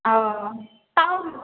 ও তাও